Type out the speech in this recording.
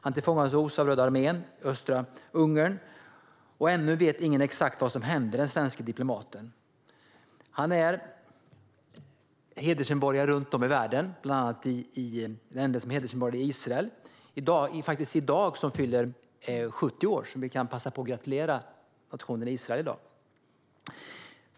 Han tillfångatogs av Röda armén i östra Ungern, och ännu vet ingen exakt vad som hände den svenske diplomaten. Han är hedersmedborgare runt om i världen, bland annat i länder som Israel - som faktiskt fyller 70 år i dag, så vi kan passa på att gratulera nationen Israel.